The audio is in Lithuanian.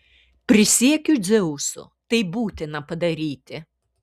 prisiekiu dzeusu tai būtina padaryti